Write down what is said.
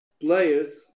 players